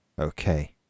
Okay